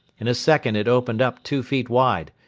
in a second it opened up two feet wide,